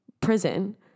prison